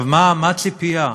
מה הציפייה?